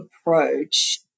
approach